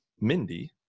Mindy